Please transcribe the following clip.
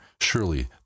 surely